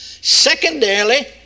Secondarily